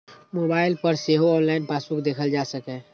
mobile पर सेहो online passbook देखल जा सकैए